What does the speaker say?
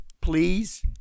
please